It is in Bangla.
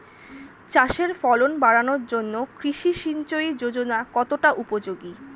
চাষের ফলন বাড়ানোর জন্য কৃষি সিঞ্চয়ী যোজনা কতটা উপযোগী?